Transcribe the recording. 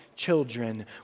children